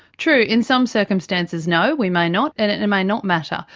true, in some circumstances no, we may not, and it and may not matter.